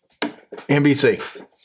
NBC